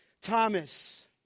Thomas